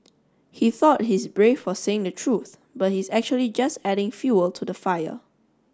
he thought he's brave for saying the truth but he's actually just adding fuel to the fire